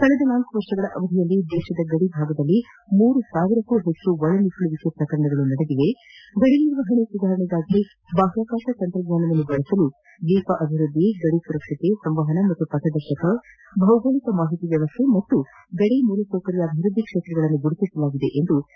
ಕಳೆದ ನಾಲ್ಕು ವರ್ಷಗಳ ಅವಧಿಯಲ್ಲಿ ದೇಶದ ಗಡಿಯಲ್ಲಿ ಮೂರು ಸಾವಿರಕ್ಕೂ ಹೆಚ್ಚು ಒಳನುಸುಳುವಿಕೆ ಪ್ರಕರಣಗಳು ನಡೆದಿವೆ ಗಡಿ ನಿರ್ವಹಣೆ ಸುಧಾರಣೆಗಾಗಿ ಬಾಹ್ಯಾಕಾಶ ತಂತ್ರಜ್ಞಾನ ಬಳಸಲು ದ್ವೀಪ ಅಭಿವೃದ್ದಿ ಗದಿ ಸುರಕ್ಷತೆ ಸಂವಹನ ಮತ್ತು ಪಥದರ್ಶಕ ಭೌಗೋಳಿಕ ಮಾಹಿತಿ ವ್ಯವಸ್ಥೆ ಮತ್ತು ಗಡಿ ಮೂಲಸೌಕರ್ಯ ಅಭಿವೃದ್ದಿ ಕ್ಷೇತ್ರಗಳನ್ನು ಗುರುತಿಸಲಾಗಿದೆ ಎಂದು ಅವರು ತಿಳಿಸಿದ್ದಾರೆ